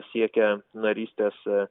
siekia narystės